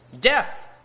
Death